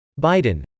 Biden